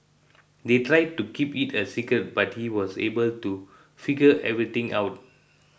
they tried to keep it a secret but he was able to figure everything out